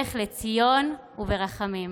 בשובך לציון ברחמים".